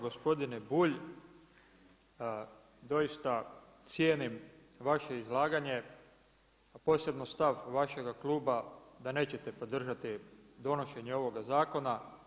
Gospodine Bulj, doista cijenim vaše izlaganje a posebno stav vašega kluba da nećete podržati donošenje ovoga zakona.